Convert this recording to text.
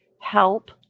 help